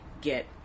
get